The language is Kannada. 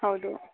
ಹೌದು